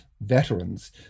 veterans